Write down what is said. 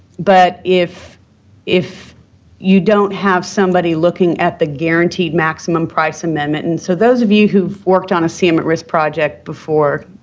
but if if you don't have somebody looking at the guaranteed maximum price amendment and so, those of you who've worked on a cm at risk project before,